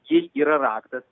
jei yra raktas